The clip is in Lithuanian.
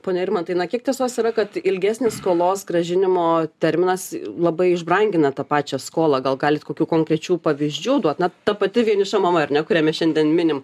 pone irmantai na kiek tiesos yra kad ilgesnis skolos grąžinimo terminas labai išbrangina tą pačią skolą gal galit kokių konkrečių pavyzdžių duot na ta pati vieniša mama ar ne kurią mes šiandien minim